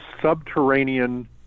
subterranean